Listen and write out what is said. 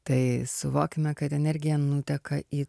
tai suvokime kad energija nuteka į